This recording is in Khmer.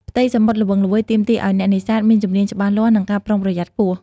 ផ្ទៃសមុទ្រល្វឹងល្វើយទាមទារឲ្យអ្នកនេសាទមានជំនាញច្បាស់លាស់ និងការប្រុងប្រយ័ត្នខ្ពស់។